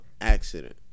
accident